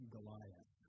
Goliath